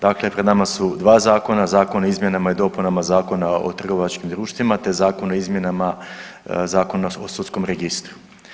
Dakle, pred nama su 2 zakona, Zakon o izmjenama i dopunama Zakona o trgovačkim društvima te Zakon o izmjenama Zakona o sudskom registru.